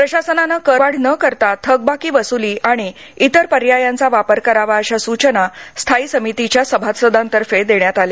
प्रशासनाने करवाढ न करता थकबाकी वसुली आणि इतर पर्यायांचा वापर करावा अशा सूचना स्थायी समितीच्या सभासदांतर्फे देण्यात आल्या